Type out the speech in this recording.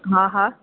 हा हा